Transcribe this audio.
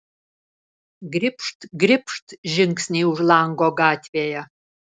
gribšt gribšt žingsniai už lango gatvėje